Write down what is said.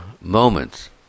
moments